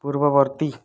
ପୂର୍ବବର୍ତ୍ତୀ